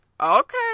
okay